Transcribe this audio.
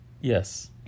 Yes